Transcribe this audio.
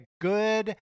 good